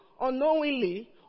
unknowingly